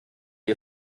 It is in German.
die